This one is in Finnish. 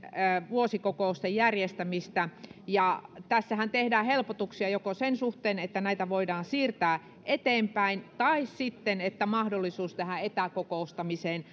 vuosikokousten järjestämistä tässähän tehdään helpotuksia joko sen suhteen että näitä voidaan siirtää eteenpäin tai sitten sen että mahdollisuus etäkokoustamiseen